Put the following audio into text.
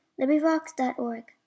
LibriVox.org